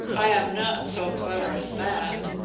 i am not so clever as that.